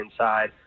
inside